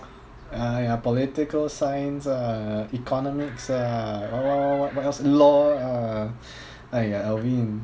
!aiya! political science ah economics ah what what what what else law ah !aiya! alvin